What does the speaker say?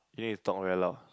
you need to talk very loud